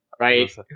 Right